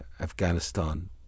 Afghanistan